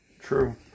True